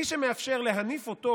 מי שמאפשר להניף אותו